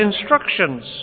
instructions